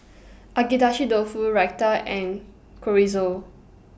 Agedashi Dofu Raita and Chorizo